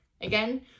again